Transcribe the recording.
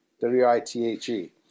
W-I-T-H-E